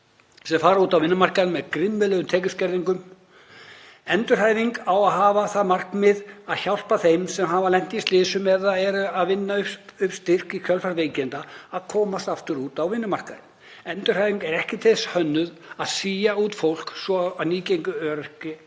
sem fara út á vinnumarkaðinn með grimmilegum tekjuskerðingum. Endurhæfing á að hafa það meginmarkmið að hjálpa þeim sem hafa lent í slysum eða eru að vinna upp styrk í kjölfar veikinda að komast aftur út á vinnumarkaðinn. Endurhæfing er ekki til þess hönnuð að sía út fólk svo að nýgengi örorku